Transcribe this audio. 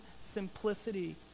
simplicity